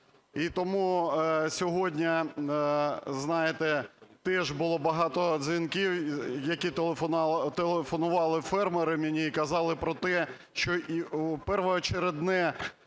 І тому сьогодні, знаєте, теж було багато дзвінків, які… телефонували фермери мені і казали про те, що першочергове